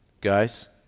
Guys